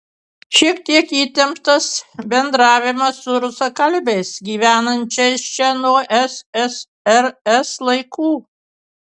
šiek tiek įtemptas bendravimas su rusakalbiais gyvenančiais čia nuo ssrs laikų